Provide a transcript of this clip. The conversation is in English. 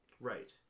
right